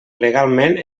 legalment